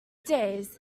days